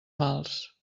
mals